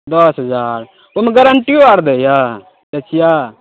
दश हजार ओहिमे गेरेण्टियो आर दैए एसीमे